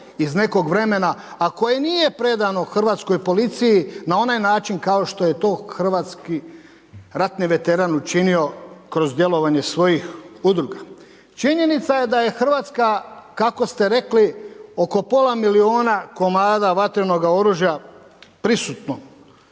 iz nekog vremena a koje nije predano hrvatskoj policiji na onaj način kao što je to hrvatski ratni veteran učinio kroz djelovanje svojih udruga. Činjenica je da je Hrvatska kako ste rekli oko pola milijuna komada vatrenoga oružja prisutno